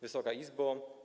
Wysoka Izbo!